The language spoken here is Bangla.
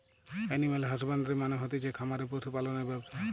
এনিম্যাল হসবান্দ্রি মানে হতিছে খামারে পশু পালনের ব্যবসা